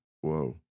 Whoa